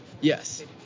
yes